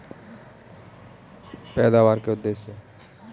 NMSA की शुरुआत कृषि उत्पादकता को बढ़ाने के उदेश्य से की गई थी